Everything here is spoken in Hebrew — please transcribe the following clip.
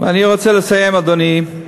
אני רוצה לסיים, אדוני,